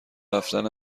رفتن